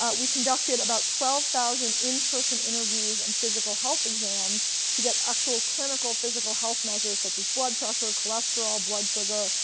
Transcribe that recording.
ah we conducted about twelve thousand in-person interviews and physical health exams to get actual clinical physical health measures such as blood pressure, cholesterol, blood sugar.